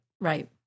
right